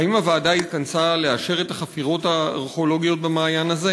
האם הוועדה התכנסה לאשר את החפירות הארכיאולוגיות במעיין הזה?